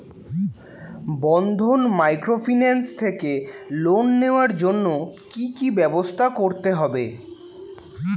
বন্ধন microfinance থেকে loan নেওয়ার জন্য কি কি ব্যবস্থা করতে হবে?